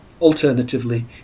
alternatively